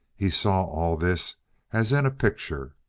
he saw all this as in a picture.